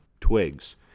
twigs